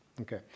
Okay